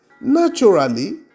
Naturally